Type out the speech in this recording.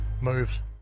moves